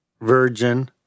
Virgin